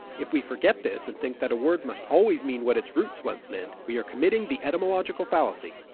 if we forget this, and think that a word must always mean what its roots once meant, we are committing the etymological fallacy.